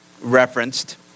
referenced